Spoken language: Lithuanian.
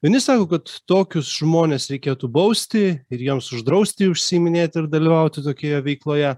vieni sako kad tokius žmones reikėtų bausti ir jiems uždrausti užsiiminėti ir dalyvauti tokioje veikloje